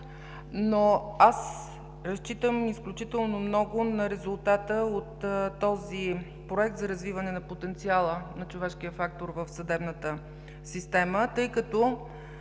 но аз разчитам изключително много на резултата от този Проект за развитие на потенциала на човешкия фактор в съдебната система, тъй като